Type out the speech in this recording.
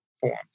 form